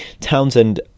Townsend